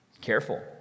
Careful